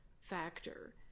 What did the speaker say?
factor